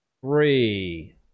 three